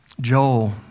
Joel